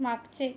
मागचे